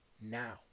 now